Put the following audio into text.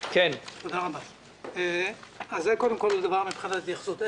זה מבחינת ההתייחסות,